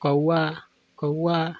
कौआ कौआ